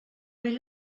vell